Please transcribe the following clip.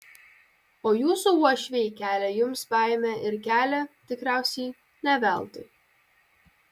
o jūsų uošviai kelia jums baimę ir kelia tikriausiai ne veltui